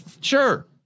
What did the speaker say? Sure